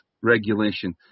regulation